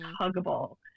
huggable